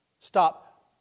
stop